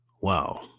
Wow